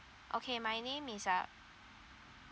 okay my name is uh